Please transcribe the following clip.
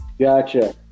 Gotcha